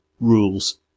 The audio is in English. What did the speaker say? rules